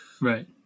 Right